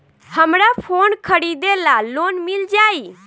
हमरा फोन खरीदे ला लोन मिल जायी?